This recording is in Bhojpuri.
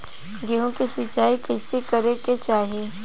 गेहूँ के सिंचाई कइसे करे के चाही?